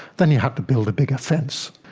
then you had to build a bigger fence.